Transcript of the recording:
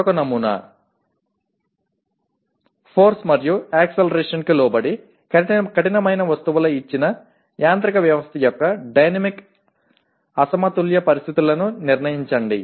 మరొక నమూనా ఫోర్స్ మరియు యాక్సలరేషన్ కి లోబడి కఠినమైన వస్తువుల ఇచ్చిన యాంత్రిక వ్యవస్థ యొక్క డైనమిక్ అసమతుల్య పరిస్థితులను నిర్ణయించండి